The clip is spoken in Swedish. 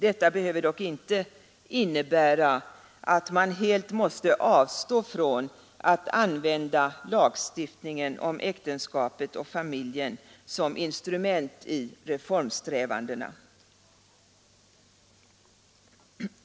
Detta behöver dock inte innebära att man helt måste avstå från att använda lagstiftningen om äktenskapet och familjen som instrument i reformsträvandena.